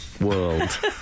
world